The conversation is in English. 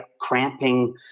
cramping